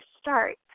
start